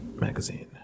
magazine